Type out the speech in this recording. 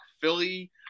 Philly